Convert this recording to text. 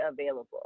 available